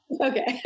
Okay